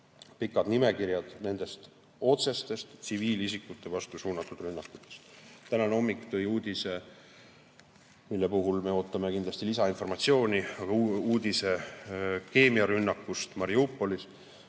pikad nimekirjad otsestest tsiviilisikute vastu suunatud rünnakutest. Tänane hommik tõi uudise – ootame selle kohta kindlasti lisainformatsiooni – keemiarünnakust Mariupolis.